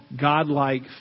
godlike